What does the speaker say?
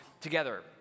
together